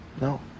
No